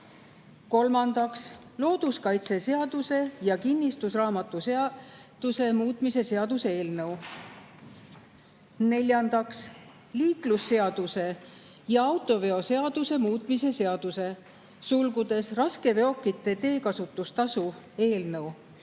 Kolmandaks, looduskaitseseaduse ja kinnistusraamatuseaduse muutmise seaduse eelnõu. Neljandaks, liiklusseaduse ja autoveoseaduse muutmise seaduse (raskeveokite teekasutustasu) eelnõu.